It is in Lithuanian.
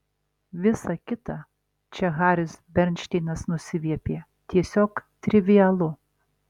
visa kita čia haris bernšteinas nusiviepė tiesiog trivialu